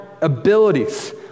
abilities